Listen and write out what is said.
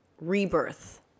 rebirth